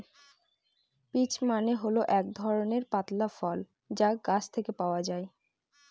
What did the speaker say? peach মানে হল এক ধরনের পাতলা ফল যা গাছ থেকে পাওয়া যায়